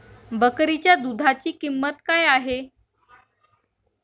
बकरीच्या दूधाची किंमत काय आहे?